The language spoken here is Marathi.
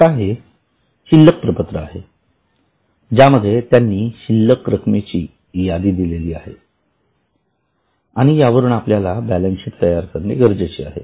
आता ही शिल्लक पत्रक आहे ज्यामध्ये त्यांनी शिल्लक रक्कमेची यादी दिली आहे आणि यावरून आपल्याला बॅलन्सशीट तयार करणे गरजेचे आहे